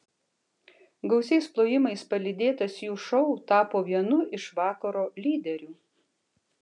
gausiais plojimai palydėtas jų šou tapo vienu iš vakaro lyderių